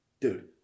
Dude